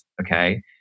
Okay